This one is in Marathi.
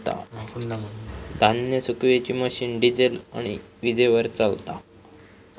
धान्य सुखवुची मशीन डिझेल आणि वीजेवर चलता